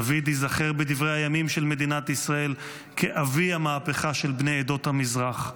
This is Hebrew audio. דוד ייזכר בדברי הימים של מדינת ישראל כאבי המהפכה של בני עדות המזרח.